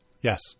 yes